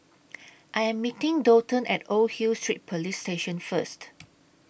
I Am meeting Daulton At Old Hill Street Police Station First